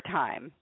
time